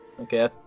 Okay